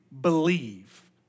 believe